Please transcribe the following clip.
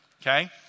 Okay